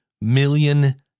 million